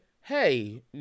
hey